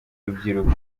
rubyiruko